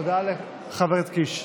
הודעה לחבר הכנסת קיש.